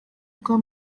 rwa